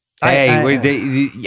hey